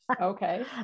Okay